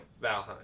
Valheim